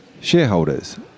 shareholders